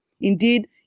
Indeed